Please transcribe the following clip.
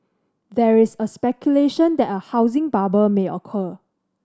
there is speculation that a housing bubble may occur